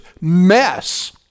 mess